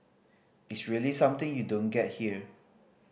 it's really something you don't get here